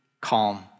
calm